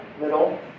middle